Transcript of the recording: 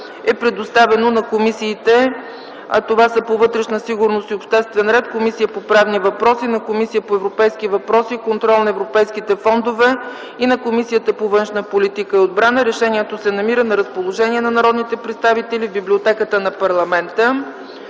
е предоставено на комисиите, а това са: Комисията по вътрешна сигурност и обществен ред, Комисията по правни въпроси, Комисията по европейските въпроси и контрол на европейските фондове и на Комисията по външна политика и отбрана. Решението се намира на разположение на народните представители в Библиотеката на парламента.